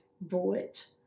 boat